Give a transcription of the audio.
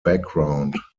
background